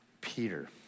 Peter